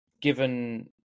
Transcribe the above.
given